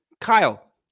Kyle